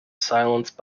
silence